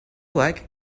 like